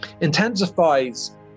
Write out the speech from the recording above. intensifies